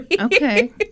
Okay